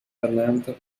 erlernte